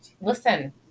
listen